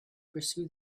pursue